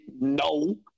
No